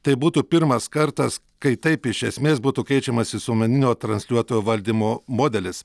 tai būtų pirmas kartas kai taip iš esmės būtų keičiamas visuomeninio transliuotojo valdymo modelis